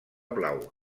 blau